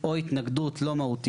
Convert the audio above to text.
הוא מקבל בסוף את אותה דירה עם עוד חדר.